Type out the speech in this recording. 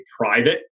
private